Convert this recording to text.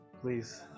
please